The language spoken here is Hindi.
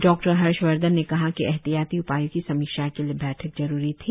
डॉक्टर हर्षवर्धन ने कहा कि एहतियाती उपायों की समीक्षा के लिये बैठक जरूरी थी